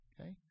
Okay